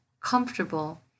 comfortable